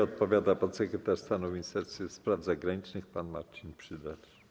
Odpowiada podsekretarz stanu w Ministerstwie Spraw Zagranicznych pan Marcin Przydacz.